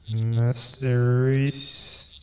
Mysteries